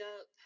up